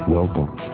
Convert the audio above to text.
Welcome